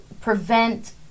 prevent